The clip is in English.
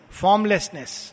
formlessness।